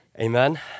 Amen